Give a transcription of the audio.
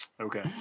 Okay